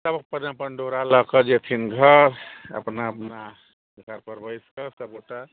सब अपन अपन डोरा लऽ कऽ जेथिन घर अपना अपना जगहपर बैसिकऽ सबगोटे